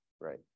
Right